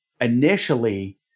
initially